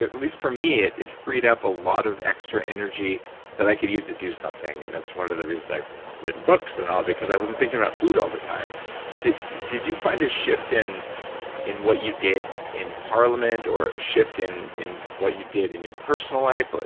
least for me, it it freed up a lot of extra energy that i could use to do something, and that's one of the reasons i've written books and all, because i wasn't thinking about food all the time did did you find a shift in in what you did in parliament or a shift in in what you did in your personal life?